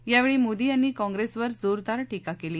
यावेळी मोदी यांनी काँग्रेसवर जोरदार टीका केली